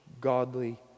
godly